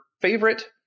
favorite